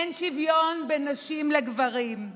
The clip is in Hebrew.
אין שוויון בין נשים לגברים,